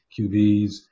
QBs